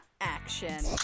action